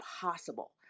possible